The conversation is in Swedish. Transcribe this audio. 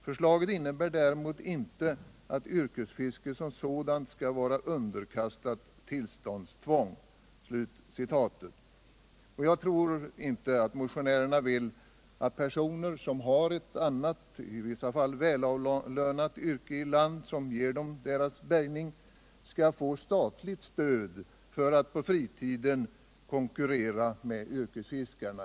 Förslaget innebär däremot inte att yrkesfiske som sådant skall vara underkastat tillståndstvång.” Jag tror inte att motionärerna vill att personer som har ett annat — i vissa fall välavlönat — yrke i land, som ger dem deras bärgning. skall få statligt stöd för att på friticen konkurrera med yrkesfiskarna.